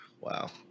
Wow